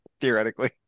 Theoretically